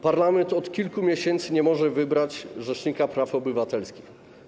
Parlament od kilku miesięcy nie może wybrać rzecznika praw obywatelskich.